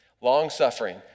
Long-suffering